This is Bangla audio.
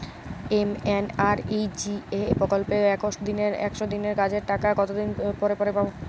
এম.এন.আর.ই.জি.এ প্রকল্পে একশ দিনের কাজের টাকা কতদিন পরে পরে পাব?